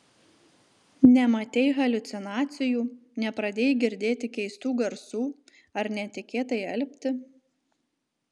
nematei haliucinacijų nepradėjai girdėti keistų garsų ar netikėtai alpti